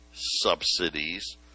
subsidies